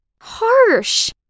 Harsh